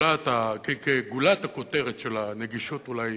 גולת הכותרת של הנגישות, אולי,